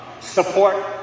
support